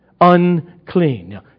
unclean